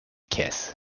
kiss